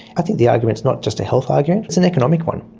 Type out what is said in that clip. i think the argument is not just a health argument, it's an economic one.